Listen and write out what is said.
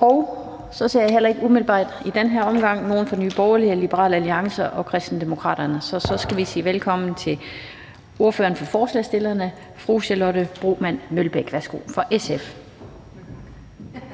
Jeg ser så heller ikke umiddelbart i den her omgang nogen fra Nye Borgerlige eller Liberal Alliance og Kristendemokraterne, og så vi skal sige velkommen til ordføreren for forslagsstillerne, fru Charlotte Broman Mølbæk fra SF.